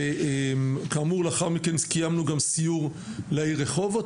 וכאמור לאחר מכן קיימנו גם סיור לעיר רחובות.